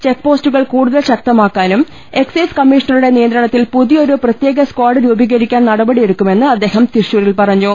ചെക്പോസ്റ്റുകൾ കൂടുതൽ ശക്തമാക്കാനും എക്സൈസ് കമ്മീഷണറുടെ നിയന്ത്രണത്തിൽ പുതിയൊരു പ്രത്യേക സ്കാഡ് രൂപീകരിക്കാനും നടപടിയെടുക്കുമെന്ന് അദ്ദേഹം തൃശൂരിൽ പറഞ്ഞു